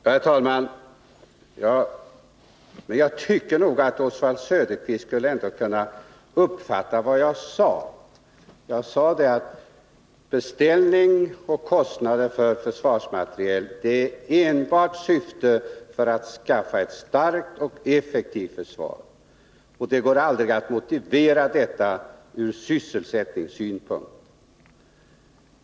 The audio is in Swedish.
Herr talman! Jag tycker att Oswald Söderqvist bör kunna uppfatta vad jag sade. Jag framhöll att beställningar av och kostnader för försvarsmateriel enbart syftar till att skapa ett starkt och effektivt försvar. Det går aldrig att motivera pengar till försvaret med sysselsättningsskäl.